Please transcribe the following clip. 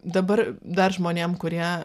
dabar dar žmonėm kurie